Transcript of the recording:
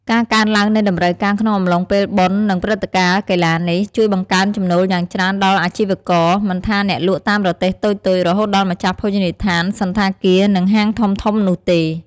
ការកើនឡើងនៃតម្រូវការក្នុងអំឡុងពេលបុណ្យនិងព្រឹត្តិការណ៍កីឡានេះ ជួយបង្កើនចំណូលយ៉ាងច្រើនដល់អាជីវករ មិនថាអ្នកលក់តាមរទេះតូចៗ រហូតដល់ម្ចាស់ភោជនីយដ្ឋាន សណ្ឋាគារ និងហាងធំៗនោះទេ។